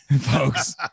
folks